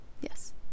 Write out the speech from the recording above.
Yes